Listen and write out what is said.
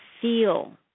feel